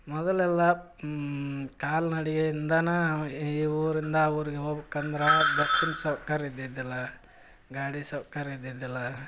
ಮೊದಲೆಲ್ಲ ಕಾಲ್ನಡಿಗೆಯಿಂದನೇ ಈ ಊರಿಂದ ಆ ಊರಿಗೆ ಹೋಗ್ಬೇಕಂದ್ರ ಬಸ್ಸಿನ ಸೌಕರ್ಯ ಇದ್ದಿದ್ದಿಲ್ಲ ಗಾಡಿ ಸೌಕರ್ಯ ಇದ್ದಿದ್ದಿಲ್ಲ